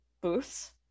booths